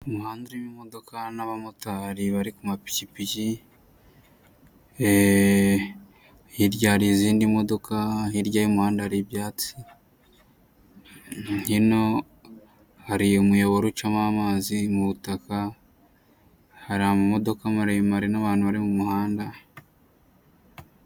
Umuhanda urimo imodoka n'abamotari bari ku mapikipiki, eeeee kirya hari izindi modoka, hirya y'umuhanda hari ibyatsi, hino hari umuyoboro ucamo amazi mu butaka, hari amamotoka maremare n'abantu bari mu muhanda.